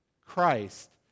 Christ